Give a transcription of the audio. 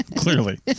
Clearly